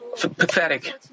pathetic